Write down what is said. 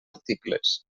articles